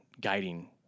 guiding